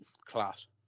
class